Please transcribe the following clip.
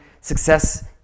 success